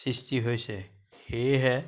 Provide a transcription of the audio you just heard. সৃষ্টি হৈছে সেয়েহে